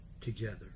together